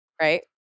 Right